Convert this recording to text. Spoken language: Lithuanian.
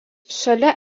šalia